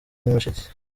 nyamasheke